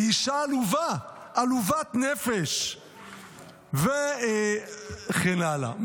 היא אישה עלובה, עלובת נפש וכן הלאה.